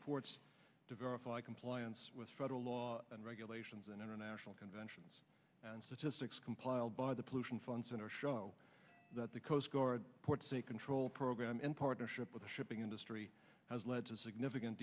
s ports to verify compliance with federal law and regulations and international conventions and statistics compiled by the pollution fund center show that the coast guard control program in partnership with the shipping industry has led to significant